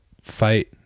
fight